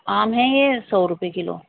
آم ہیں یہ سو روپئے کلو